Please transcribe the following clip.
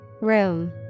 Room